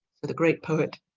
but the great poet